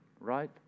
right